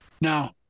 Now